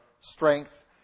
strength